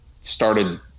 started